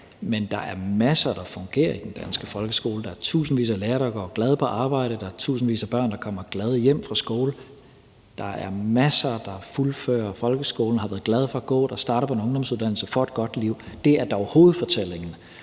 Men der er masser, der fungerer i den danske folkeskole. Der er tusindvis af lærere, der går glade på arbejde. Der er tusindvis af børn, der kommer glade hjem fra skole. Der er masser, der fuldfører folkeskolen og har været glade for at gå der, starter på en ungdomsuddannelse og får et godt liv. Det er dog hovedfortællingen,